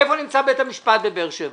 איפה נמצא בית המשפט בבאר שבע?